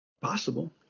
Possible